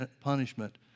punishment